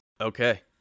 Okay